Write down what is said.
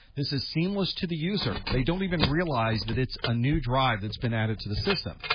this is seamless to the user. they don't even realize that it's a new drive that's been added to the system.